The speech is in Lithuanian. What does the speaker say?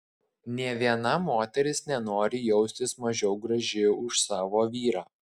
nė viena moteris nenori jaustis mažiau graži už savo vyrą